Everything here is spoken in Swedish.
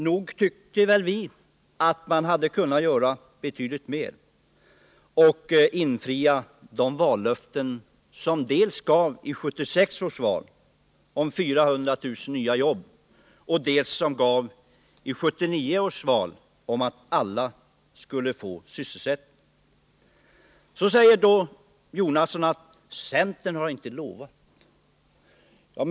Nog tycker vi att man borde ha kunnat göra betydligt mer för att infria det vallöfte man gav i 1976 års valrörelse om 400 000 nya jobb och även för att åstadkomma det som man lovade i 1979 års valrörelse, nämligen att alla skulle få sysselsättning. Så säger Bertil Jonasson att centern inte lovat någonting.